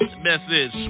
Message